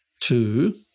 two